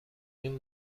این